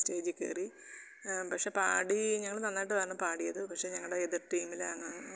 സ്റ്റേജിൽ കയറി പക്ഷേ പാടി ഞങ്ങൾ നന്നായിട്ടാണ് പാടിയത് പക്ഷെ ഞങ്ങളുടെ എതിർ ടീമിലെ അംഗ